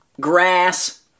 grass